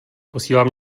posílám